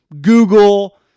Google